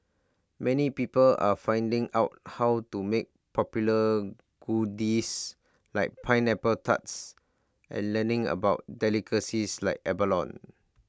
many people are finding out how to make popular goodies like pineapple tarts and learning about delicacies like abalone